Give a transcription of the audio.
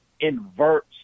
inverts